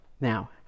Now